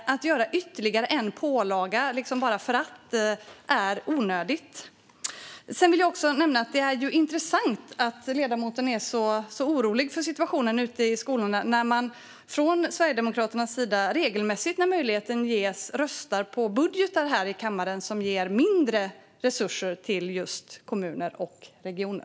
Att ge ytterligare en pålaga bara för sakens skull är onödigt. Det är intressant att ledamoten är så orolig för situationen ute i skolorna när Sverigedemokraterna då möjligheten ges här i kammaren regelmässigt röstar på budgetar som ger mindre resurser till kommuner och regioner.